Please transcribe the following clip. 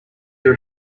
ear